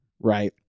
right